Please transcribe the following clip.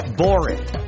boring